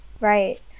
Right